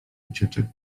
ucieczek